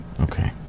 Okay